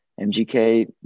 MGK